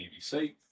BBC